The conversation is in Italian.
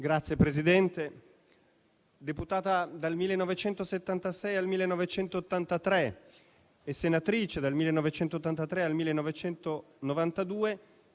Signor Presidente, deputata dal 1976 al 1983 e senatrice dal 1983 al 1992,